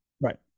Right